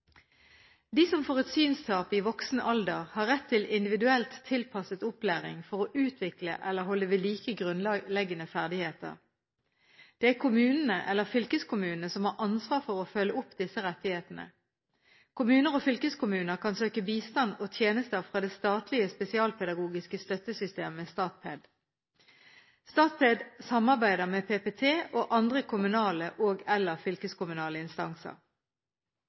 De som får synstap i voksen alder, har rett til individuelt tilpasset opplæring for å utvikle eller holde ved like grunnleggende ferdigheter. Det er kommunene eller fylkeskommunene som har ansvar for å følge opp disse rettighetene. Kommuner og fylkeskommuner kan søke bistand og tjenester fra det statlige spesialpedagogiske støttesystemet Statped. Statped samarbeider med PPT og andre kommunale og/eller fylkeskommunale instanser.